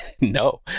no